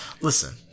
Listen